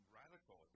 radical